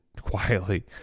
quietly